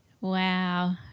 Wow